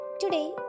Today